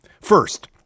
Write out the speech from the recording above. First